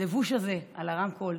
הלבוש הזה על הרמקולים.